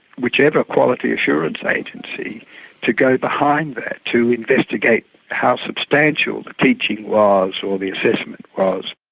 whichever quality assurance agency to go behind that to investigate how substantial the teaching was or the assessment was.